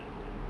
tak nak tak nak